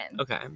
okay